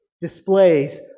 displays